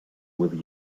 with